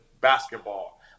basketball